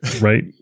right